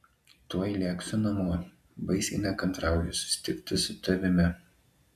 tuoj lėksiu namo baisiai nekantrauju susitikti su tavimi